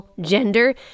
gender